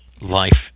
life